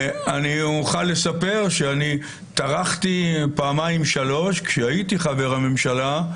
אני אוכל לספר שפעמיים-שלוש כשהייתי חבר הממשלה,